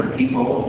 people